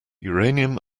uranium